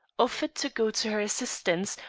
offered to go to her assistance,